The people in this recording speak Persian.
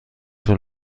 طول